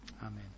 Amen